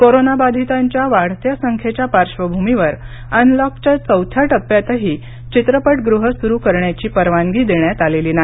कोरोनाबाधितांच्या वाढत्या संख्येच्या पार्श्वभूमीवर अनलॉकच्या चौथ्या टप्प्यातही चित्रपटगृहं सुरू करण्याची परवानगी देण्यात आलेली नाही